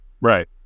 Right